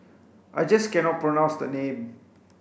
I just cannot pronounce the name